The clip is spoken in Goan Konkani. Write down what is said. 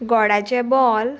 गोडाचें बॉल